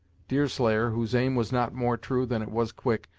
deerslayer, whose aim was not more true than it was quick,